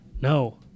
No